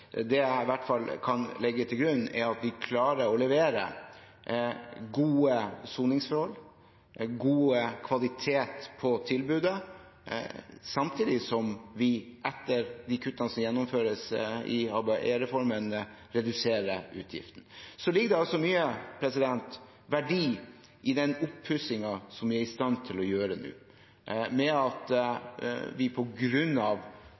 Det jeg i hvert fall kan legge til grunn, er at vi klarer å levere gode soningsforhold, god kvalitet på tilbudet, samtidig som vi etter de kuttene som gjennomføres i ABE-reformen, reduserer utgiftene. Så ligger det altså mye av verdi i den oppussingen som vi er i stand til å gjøre nå, ved at